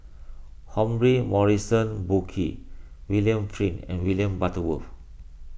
Humphrey Morrison Burkill William Flint and William Butterworth